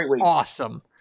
awesome